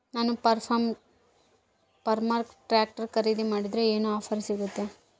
ನಾನು Farmtrac tractor ಖರೇದಿ ಮಾಡಿದ್ರೆ ಏನು ಆಫರ್ ಸಿಗ್ತೈತಿ?